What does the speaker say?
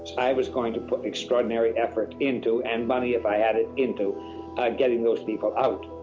i was going to put extraordinary effort into and money if i had it into getting those people out.